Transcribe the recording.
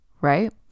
Right